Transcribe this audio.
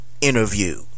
interview